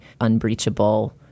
unbreachable